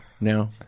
no